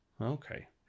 Okay